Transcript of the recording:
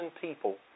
people